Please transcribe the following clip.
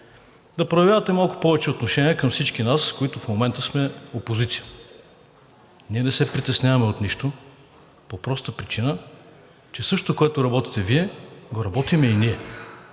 да проявявате малко повече отношение към всички нас, които в момента сме опозиция. Ние не се притесняваме от нищо по простата причина, че същото, което работите Вие, го работим и ние.